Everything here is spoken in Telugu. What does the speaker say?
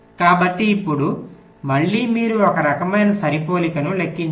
కాబట్టి ఇప్పుడు మళ్ళీ మీరు ఒకరకమైన సరిపోలికను లెక్కించండి